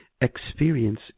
experience